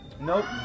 Nope